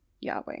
Yahweh